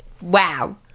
Wow